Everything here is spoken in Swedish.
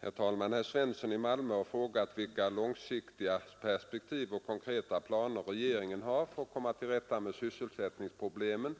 Herr talman! Herr Svensson i Malmö har frågat vilka långsiktiga perspektiv och konkreta planer regeringen har för att komma till rätta med sysselsättningsproblemet